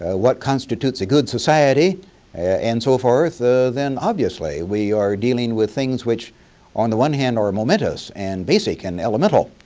ah what constitutes a good society and so forth ah then obviously we are dealing with things which on the one hand are ah momentous and basic and elemental,